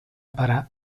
para